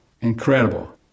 Incredible